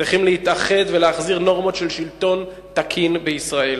צריכים להתאחד ולהחזיר נורמות של שלטון תקין בישראל.